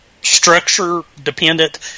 structure-dependent